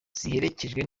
ziherekejwe